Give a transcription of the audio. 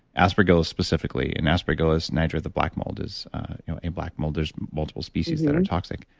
aspergillus specifically, and aspergillus niger, the black mold is you know and black mold, there's multiple species that are toxic,